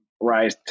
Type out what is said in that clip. rise